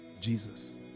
Jesus